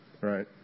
right